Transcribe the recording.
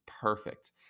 Perfect